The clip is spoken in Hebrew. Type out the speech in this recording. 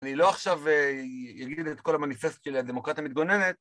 אני לא עכשיו יגיד את כל המניפסט שלי על דמוקרטיה מתגוננת